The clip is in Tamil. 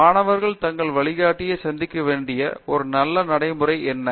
மாணவர்கள் தங்கள் வழிகாட்டியை சந்திக்க வேண்டிய ஒரு நல்ல நடைமுறை என்ன